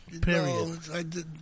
Period